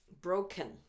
Broken